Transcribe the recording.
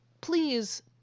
please